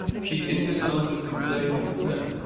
she indecisively played with the pen.